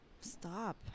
stop